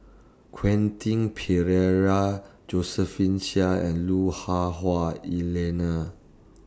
Quentin Pereira Josephine Chia and Lu Hah Wah Elena